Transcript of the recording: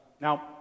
Now